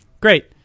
Great